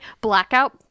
blackout